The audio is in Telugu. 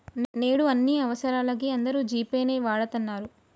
నేడు అన్ని అవసరాలకీ అందరూ జీ పే నే వాడతన్నరు